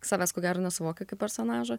savęs ko gero nesuvokia kaip personažo